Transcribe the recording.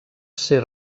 ser